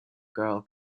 girl